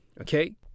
okay